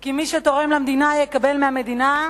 כי מי שתורם למדינה יקבל מהמדינה.